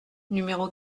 numéro